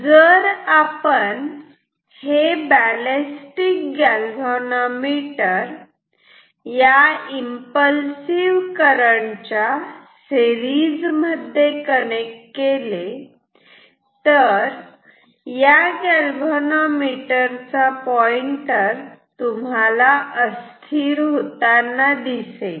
जर आपण हे बॅलेस्टिक गॅलव्हॅनोमीटर या इम्पल्सिव करंट च्या सेरीज मध्ये कनेक्ट केले तर या गॅलव्हॅनोमीटर चा पॉइंटर अस्थिर होताना दिसेल